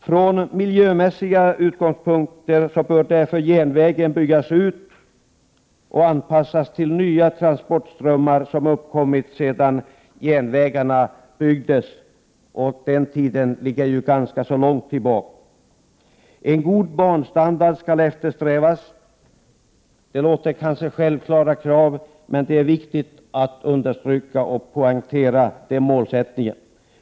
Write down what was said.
Från miljömässiga utgångspunkter bör därför järnvägen byggas ut och anpassas till de nya transportströmmar som uppkommit sedan järnvägarna började byggas, alltså för ganska länge sedan. En god banstandard skall eftersträvas — ett i och för sig självklart krav, men det är viktigt att understryka den målsättningen.